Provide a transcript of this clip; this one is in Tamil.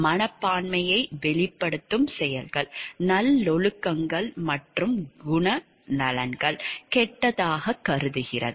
மனப்பான்மையை வெளிப்படுத்தும் செயல்கள் நல்லொழுக்கங்கள் மற்றும் குணநலன்கள் கெட்டதாகக் கருதுகிறது